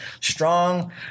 strong